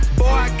boy